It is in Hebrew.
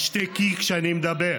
תשתקי כשאני מדבר.